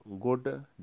good